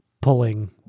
pulling